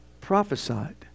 prophesied